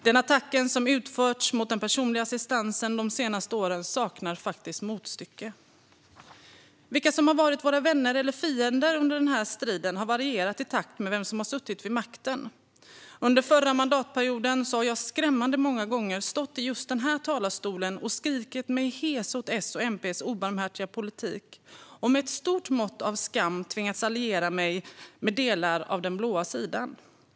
Den attack som utförts mot den personliga assistansen de senaste åren saknar faktiskt motstycke. Vilka som har varit våra vänner och fiender under den här striden har varierat beroende på vilka som suttit vid makten. Under förra mandatperioden stod jag skrämmande många gånger i just den här talarstolen och skrek mig hes åt Socialdemokraternas och Miljöpartiets obarmhärtiga politik. Med ett stort mått av skam tvingades jag alliera mig med delar av den blå sidan.